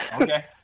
Okay